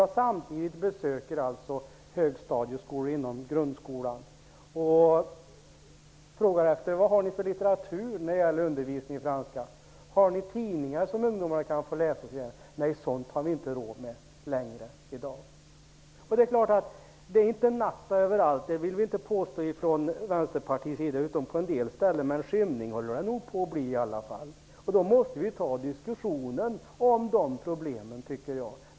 För samtidigt besöker jag högstadieskolor inom grundskolan och frågar: Vad har ni för litteratur för undervisningen i franska? Har ni tidningar som ungdomarna kan få läsa? Nej, sådant har vi inte råd med längre, blir svaret. Vi i Vänsterpartiet vill inte påstå att det är natt överallt, men skymning håller det nog på att bli i alla fall. Då måste vi diskutera de problemen, tycker jag.